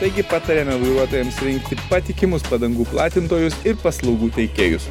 taigi patariame vairuotojams rinkti patikimus padangų platintojus ir paslaugų teikėjus